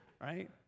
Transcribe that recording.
right